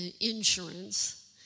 insurance